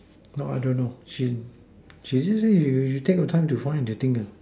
no I don't know she she just say you take your time to find the thing